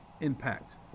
impact